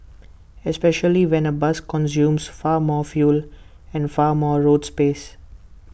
especially when A bus consumes far more fuel and far more road space